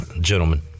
gentlemen